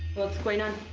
what's going on?